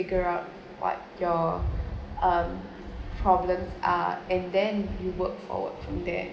gerard what your um problems are and then you work forward from there